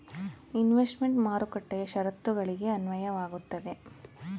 investment ಮಾರುಕಟ್ಟೆಯ ಶರತ್ತುಗಳಿಗೆ ಅನ್ವಯವಾಗುತ್ತದೆ